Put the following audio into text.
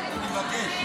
אני מבקש.